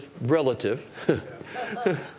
relative